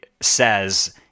says